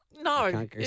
no